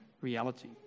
reality